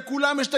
לכולם יש ירידה,